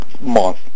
month